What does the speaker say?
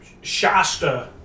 Shasta